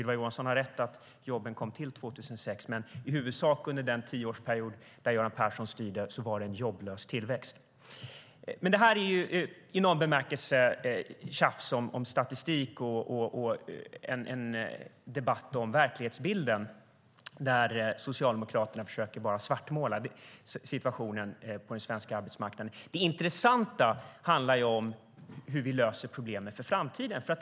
Ylva Johansson har rätt i att jobben kom till 2006, men i huvudsak var det under den tioårsperiod som Göran Persson styrde en jobblös tillväxt. Det här är i någon bemärkelse ändå tjafs om statistik och en debatt om verklighetsbilden, där Socialdemokraterna bara försöker svartmåla situationen på den svenska arbetsmarknaden. Det intressanta handlar ju om hur vi löser problemen för framtiden.